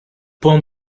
pont